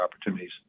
opportunities